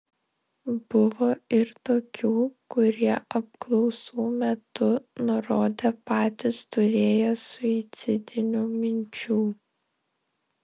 buvo ir tokių kurie apklausų metu nurodė patys turėję suicidinių minčių